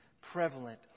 prevalent